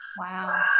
wow